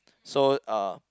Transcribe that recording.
so uh